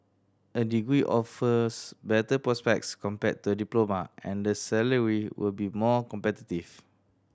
a degree offers better prospects compared to diploma and the salary will be more competitive